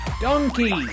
Donkey